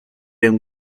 him